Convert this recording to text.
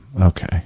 Okay